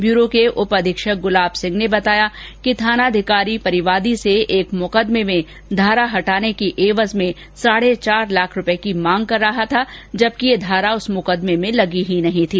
bureau के उप अधीक्षक गुलाब सिंह ने बताया कि थानाधिकारी परिवादी से एक मुकदमें में धारा हटाने की ऐवर्ज में साढे चार लाख रूपये की मांग कर रहा था जबकि ये धारा उस मुकदमें लगी ही नहीं थी